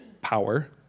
power